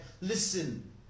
listen